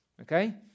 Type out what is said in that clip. Okay